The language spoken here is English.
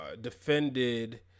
defended